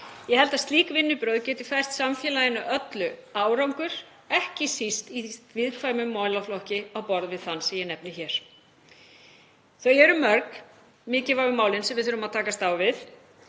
Ég held að slík vinnubrögð geti fært samfélaginu öllu árangur, ekki síst í viðkvæmum málaflokki á borð við þann sem ég nefni hér. Þau eru mörg, mikilvægu málin sem við þurfum að takast á við,